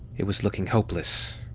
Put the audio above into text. it was looking hopeless.